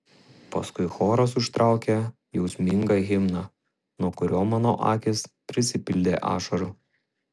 paskui choras užtraukė jausmingą himną nuo kurio mano akys prisipildė ašarų